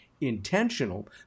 intentional